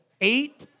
eight